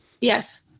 Yes